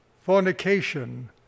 fornication